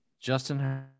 Justin